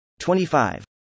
25